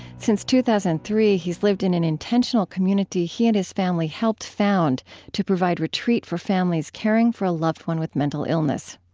since two thousand and three, he has lived in an intentional community he and his family helped found to provide retreat for families caring for a loved one with mental illness.